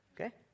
Okay